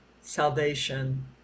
salvation